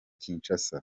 kinshasa